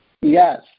Yes